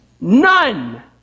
None